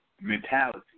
mentality